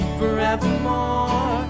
forevermore